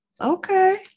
Okay